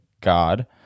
God